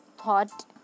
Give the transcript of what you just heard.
thought